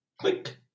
click